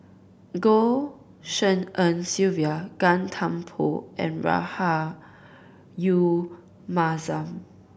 Goh Tshin En Sylvia Gan Thiam Poh and Rahayu Mahzam